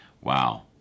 Wow